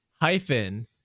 hyphen